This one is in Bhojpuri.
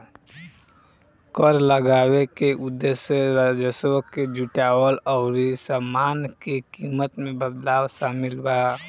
कर लगावे के उदेश्य राजस्व के जुटावल अउरी सामान के कीमत में बदलाव शामिल बा